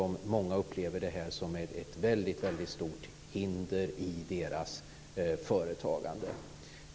Många upplever reglerna som ett väldigt stort hinder i deras företagande.